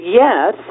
yes